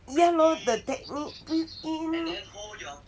ya lor the technique breathe in